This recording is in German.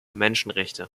menschenrechte